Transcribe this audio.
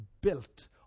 built